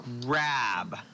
grab